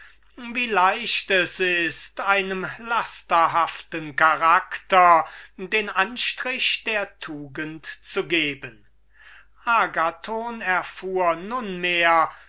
wie leicht es ist einem lasterhaften charakter einer schwarzen hassenswürdigen seele den anstrich der tugend zu geben agathon erfuhr nunmehr